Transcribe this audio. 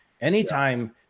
Anytime